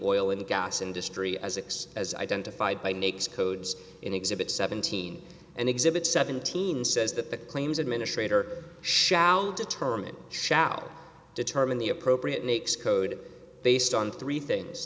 oil and gas industry asics as identified by nakes codes in exhibit seventeen and exhibit seventeen says that the claims administrator shall determine shall determine the appropriate next code based on three things